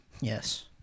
yes